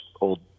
old